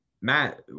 Matt